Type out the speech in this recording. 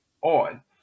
on